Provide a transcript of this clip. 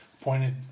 pointed